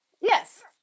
Yes